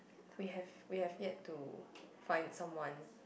we have we have yet to find someone